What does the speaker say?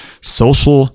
social